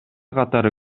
катары